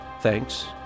Thanks